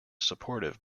supportive